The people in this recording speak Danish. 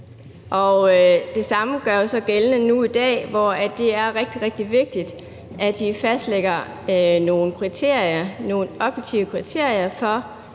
Det samme gør sig gældende nu i dag, hvor det er rigtig, rigtig vigtigt, at vi fastlægger nogle kriterier,